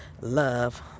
love